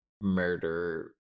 murder